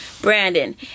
Brandon